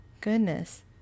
Goodness